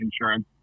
insurance